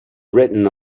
written